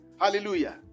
Hallelujah